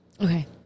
Okay